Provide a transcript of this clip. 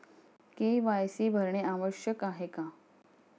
KYC भरणे आवश्यक आहे का?